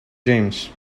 james